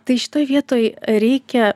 tai šitoj vietoj reikia